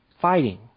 fighting